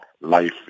life